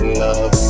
love